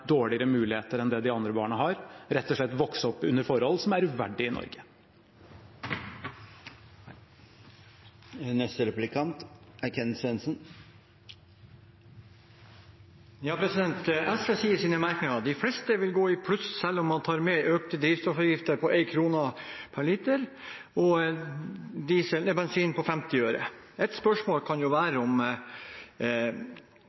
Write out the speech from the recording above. dårligere muligheter enn de andre barna, rett og slett vokse opp under forhold som er uverdige i Norge. SV sier i sine merknader at de fleste vil gå i pluss selv om man tar med økte drivstoffavgifter på 1 kr per liter diesel og 50 øre for bensin. Et spørsmål kan jo være om